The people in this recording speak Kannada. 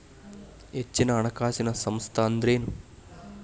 ಹೆಚ್ಚಿನ ಹಣಕಾಸಿನ ಸಂಸ್ಥಾ ಅಂದ್ರೇನು?